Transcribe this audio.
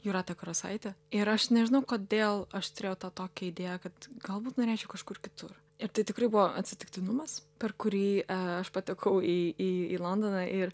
jūratę karosaitę ir aš nežinau kodėl aš turėjau tą tokią idėją kad galbūt norėčiau kažkur kitur ir tai tikrai buvo atsitiktinumas per kurį aš patekau į į į londoną ir